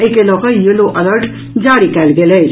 एहि के लऽ कऽ येलो अलर्ट जारी कयल गेल अछि